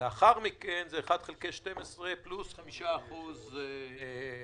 ולאחר מכן זה על פי 1/12 פלוס 5% הטבות,